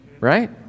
right